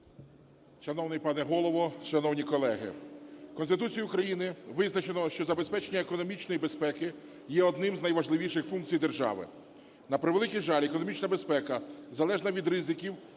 Шановний пане Голово, шановні колеги! Конституцією України визначено, що забезпечення економічної безпеки є однією з найважливіших функцій держави. На превеликий жаль, економічна безпека залежна від ризиків